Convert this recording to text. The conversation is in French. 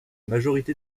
majorité